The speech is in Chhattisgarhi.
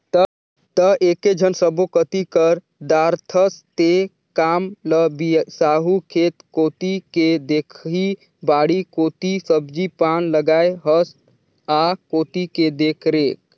त एकेझन सब्बो कति कर दारथस तें काम ल बिसाहू खेत कोती के देखही बाड़ी कोती सब्जी पान लगाय हस आ कोती के देखरेख